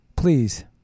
Please